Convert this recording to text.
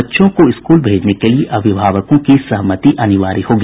बच्चों को स्कूल भेजने के लिए अभिभावकों की सहमति अनिवार्य होगी